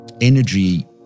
Energy